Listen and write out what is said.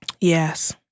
Yes